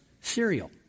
cereal